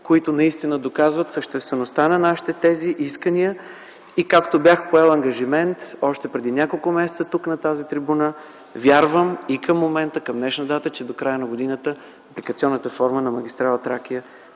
които доказват същността на нашите тези и искания. Както бях поел ангажимент още преди няколко месеца тук, на тази трибуна, вярвам, че от днешна дата до края на годината апликационната форма на магистрала „Тракия”